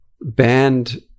banned